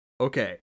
okay